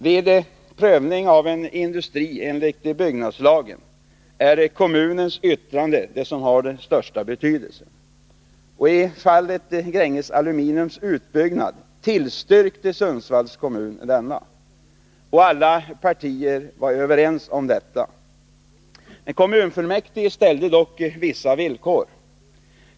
Vid prövning av en industri enligt byggnadslagen är kommunens yttrande det som har den största betydelsen. I fallet Gränges Aluminiums utbyggnad tillstyrkte Sundsvalls kommun företagets ansökan. Alla partier var överens om detta. Kommunfullmäktige ställde dock vissa villkor.